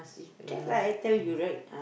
you know